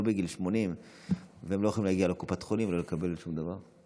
לא בגיל 80. והם לא יכולים להגיע לקופת חולים ולקבל שום דבר.